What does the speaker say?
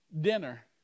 dinner